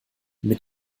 mit